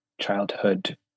childhood